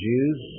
Jews